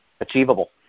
achievable